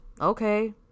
Okay